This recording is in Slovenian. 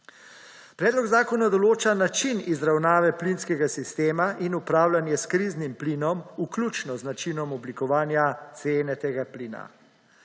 Predlog zakona določa način izravnave plinskega sistema in upravljanje s kriznim plinom, vključno z načinom oblikovanja cene tega plina.